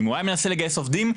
אם הוא היה מנסה לגייס עובדים,